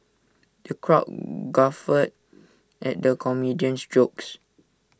the crowd guffawed at the comedian's jokes